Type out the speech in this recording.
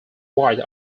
white